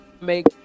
make